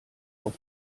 auf